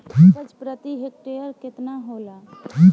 उपज प्रति हेक्टेयर केतना होला?